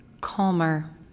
calmer